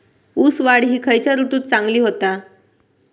ऊस वाढ ही खयच्या ऋतूत चांगली होता?